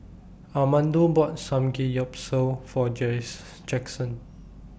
Armando bought Samgeyopsal For Jaxson